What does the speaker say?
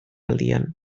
aldian